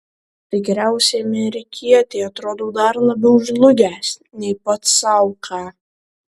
tikriausiai amerikietei atrodau dar labiau žlugęs nei pats sau ką